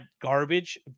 garbage